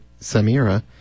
Samira